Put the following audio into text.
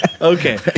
Okay